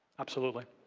absolutely.